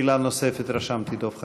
שאלה נוספת, רשמתי, לדב חנין.